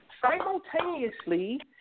Simultaneously